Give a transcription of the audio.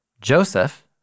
Joseph